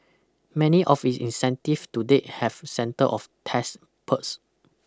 many of its incentives to date have center of tax perks